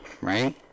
right